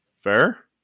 Fair